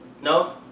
No